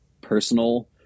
personal